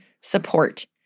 support